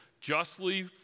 justly